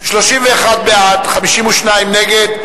קרן סיוע לעסקים קטנים),